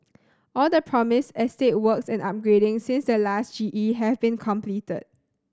all the promised estate works and upgrading since the last G E have been completed